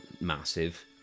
massive